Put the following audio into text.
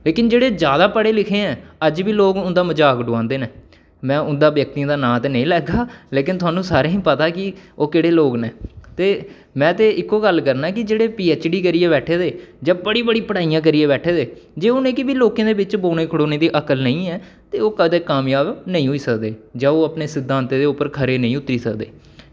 लेकिन जेह्ड़े जादा पढ़े लिखे ऐं अज्ज बी लोग उं'दा मज़ाक डोआंदे न में उं'दा व्यक्ति दा नांऽ ते नेईं लैङ ते लेकिन थाह्नूं सारें गी पता कि ओह् केह्ड़े लोग न ते में ते इक्को गल्ल करना कि जेह्ड़े पी एच डी करियै बैठे दे जां बड़ी बड़ी पढ़ाइयां करियै बैठे दे जे उ'नें बी लोकें दे बिच्च बौह्ने खड़ोने दी अकल निं ऐ ते ओह् कदें कामजाब नेईं होई सकदे जदूं तगर ओह् अपने सिद्धांतें पर खरे नेईं उतरी सकदे